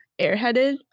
airheaded